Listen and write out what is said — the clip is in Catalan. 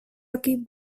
equip